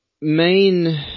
main